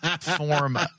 form